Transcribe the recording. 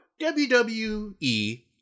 WWE